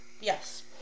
yes